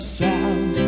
sound